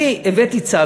אני הבאתי צו,